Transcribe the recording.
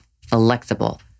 flexible